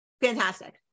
fantastic